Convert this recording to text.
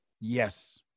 Yes